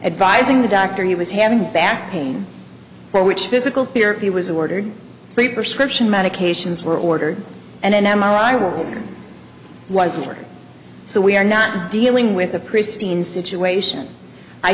advising the doctor he was having back pain for which physical therapy was ordered the perception medications were ordered and an m r i will was working so we are not dealing with a pristine situation i